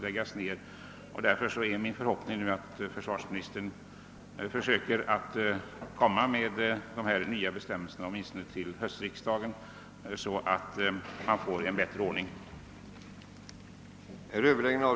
Det är därför nu min förhoppning att försvarsministern försöker lägga fram nya bestämmelser åtminstone till höstriksdagen, så att en bättre ordning kan komma till stånd.